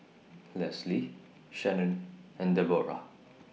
Lesli Shanon and Debora